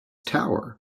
tower